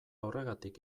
horregatik